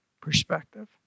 perspective